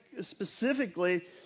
specifically